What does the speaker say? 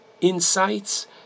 insights